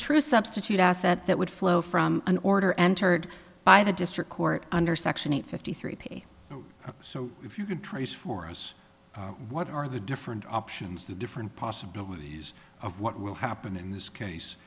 true substitute asset that would flow from an order entered by the district court under section eight fifty three pay so if you could trace for us what are the different options the different possibilities of what will happen in this case